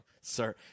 Sir